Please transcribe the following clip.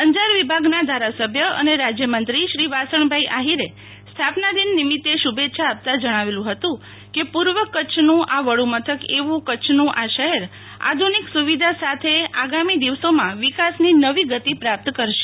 અંજાર વિભાગના ધારાસભ્ય અને રાજ્યમંત્રી શ્રી વાસણભાઈ આહિરે સ્થાપના દિન નિમિત્તે શુભેચ્છા આપતાં ણાવેલું હતું કે પૂર્વ કચ્છનું આ વડુંમથક એવું કચ્છનું આ શહેર આધુનિક સુવિધા સાથે આગામી દિવસોમાં વિકાસની નવી ગતિ પ્રાપ્ત કરશે